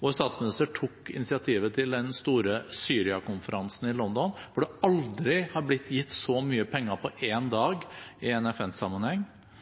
Vår statsminister tok initiativet til den store Syria-konferansen i London, hvor det aldri har blitt gitt så mye penger på én dag i